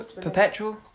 Perpetual